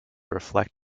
reflect